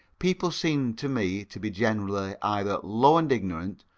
people seem to me to be generally either low and ignorant,